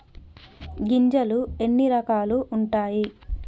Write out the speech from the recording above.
గింజలు ఎన్ని రకాలు ఉంటాయి?